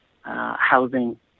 housing